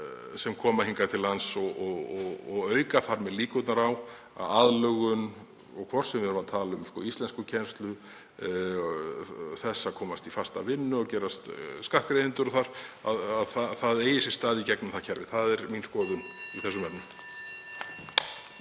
sem koma hingað til lands og auka þar með líkurnar á að aðlögun, hvort sem við erum að tala um íslenskukennslu eða það að komast í fasta vinnu og gerast skattgreiðendur þar, eigi sér stað í gegnum það kerfi. Það er mín skoðun í þessum efnum.